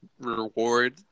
reward